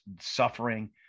suffering